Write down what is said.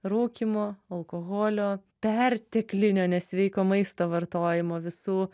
rūkymo alkoholio perteklinio nesveiko maisto vartojimo visų